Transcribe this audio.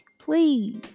please